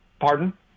Pardon